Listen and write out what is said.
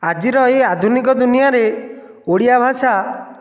ଆଜିର ଏହି ଆଧୁନିକ ଦୁନିଆରେ ଓଡ଼ିଆ ଭାଷା